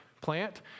plant